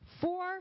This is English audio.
four